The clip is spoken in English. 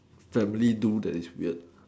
family do that is weird